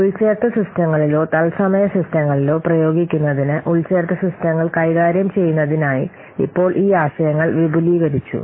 ഉൾച്ചേർത്ത സിസ്റ്റങ്ങളിലോ തത്സമയ സിസ്റ്റങ്ങളിലോ പ്രയോഗിക്കുന്നതിന് ഉൾച്ചേർത്ത സിസ്റ്റങ്ങൾ കൈകാര്യം ചെയ്യുന്നതിനായി ഇപ്പോൾ ഈ ആശയങ്ങൾ വിപുലീകരിച്ചു